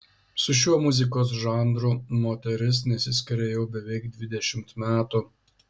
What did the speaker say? su šiuo muzikos žanru moteris nesiskiria jau beveik dvidešimt metų